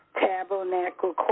Tabernacle